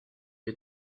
les